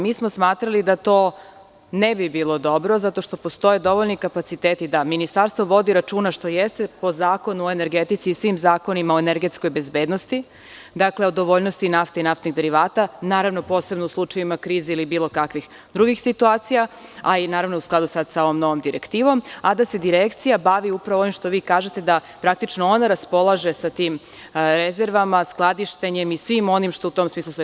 Mi smo smatrali da to ne bi bilo dobro zato što postoje dovoljni kapaciteti da Ministarstvo vodi računa, što jeste po Zakonu o energetici i svim zakonima o energetskoj bezbednosti, o dovoljnosti nafte i naftnih derivata, naravno, posebno u slučajevima krize ili bilo kakvih drugih situacija, a i u skladu sa novom direktivom, a da se Direkcija bavi upravo onim što vi kažete, da praktično ona raspolaže sa tim rezervama, skladištenjem i svim onim što u tom smislu stoji.